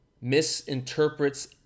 misinterprets